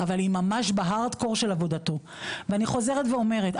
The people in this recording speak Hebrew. אבל היא ממש בהארד-קור של עבודתו ואני חוזרת ואומרת,